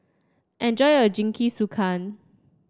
enjoy your Jingisukan